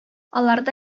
аларда